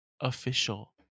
official